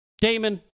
Damon